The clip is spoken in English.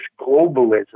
globalism